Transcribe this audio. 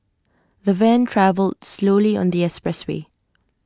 the van travelled slowly on the expressway